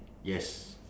yes